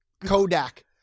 Kodak